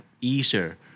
easier